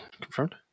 Confirmed